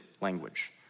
language